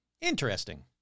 Interesting